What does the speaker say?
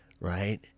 right